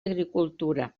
agricultura